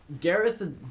Gareth